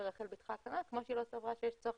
ברחל בתך הקטנה כמו שהיא לא סברה שיש צורך